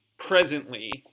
Presently